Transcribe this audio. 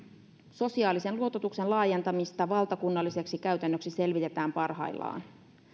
sosiaalisen luototuksen laajentamista valtakunnalliseksi käytännöksi selvitetään parhaillaan